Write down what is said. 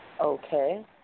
Okay